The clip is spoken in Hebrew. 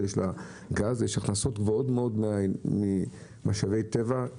יש גז והכנסות גבוהות מאוד ממשאבי טבע,